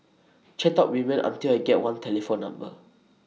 chat up women until I get one telephone number